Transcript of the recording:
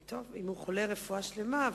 טוב, אם הוא חולה, רפואה שלמה.